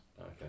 Okay